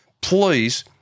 Please